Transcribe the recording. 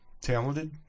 talented